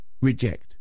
reject